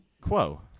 Quo